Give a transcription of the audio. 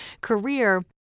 career